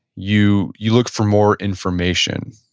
you you look for more information.